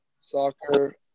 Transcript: soccer